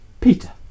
Peter